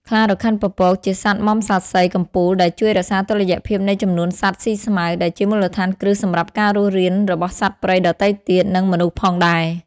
ខ្លារខិនពពកជាសត្វមំសាសីកំពូល ដែលជួយរក្សាតុល្យភាពនៃចំនួនសត្វស៊ីស្មៅ ដែលជាមូលដ្ឋានគ្រឹះសម្រាប់ការរស់រានរបស់សត្វព្រៃដទៃទៀត និងមនុស្សផងដែរ។